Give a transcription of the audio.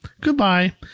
Goodbye